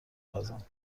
پزم